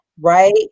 right